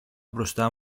μπροστά